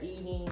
eating